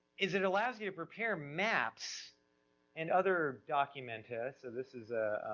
is it allows you to prepare maps and other documents. so this is